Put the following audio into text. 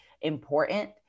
important